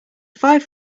five